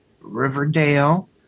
Riverdale